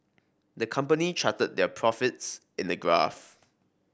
the company charted their profits in a graph